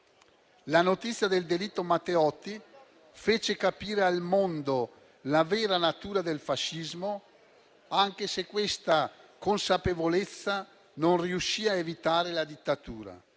La notizia del delitto Matteotti fece capire al mondo la vera natura del fascismo, anche se questa consapevolezza non riuscì a evitare la dittatura,